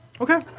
Okay